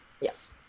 Yes